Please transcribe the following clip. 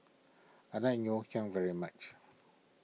I like Ngoh Hiang very much